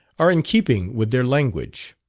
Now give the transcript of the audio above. are in keeping with their language.